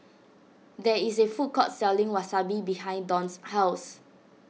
there is a food court selling Wasabi behind Don's house